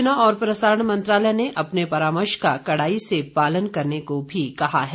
सूचना और प्रसारण मंत्रालय ने अपने परामर्श का कड़ाई से पालन करने को भी कहा है